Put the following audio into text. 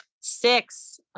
Six